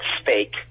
Spake